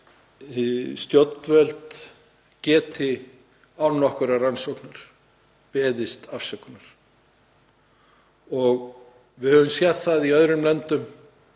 stjórnvöld geti án nokkurrar rannsóknar beðist afsökunar. Við höfum séð það í öðrum löndum,